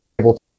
able